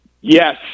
Yes